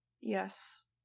Yes